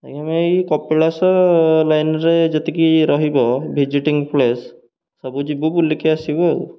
ଆଜ୍ଞା ମୁଁ ଏଇ କପିଳାସ ଲାଇନ୍ର ଯେତିକି ରହିବ ଭିଜିଟିଙ୍ଗ ପ୍ଲେସ୍ ସବୁ ଯିବୁ ବୁଲିକି ଆସିବୁ ଆଉ